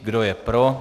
Kdo je pro?